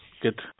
Good